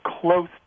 close